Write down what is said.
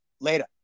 Later